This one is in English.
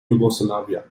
yugoslavia